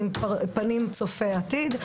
עם פנים צופות עתיד,